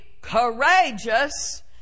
courageous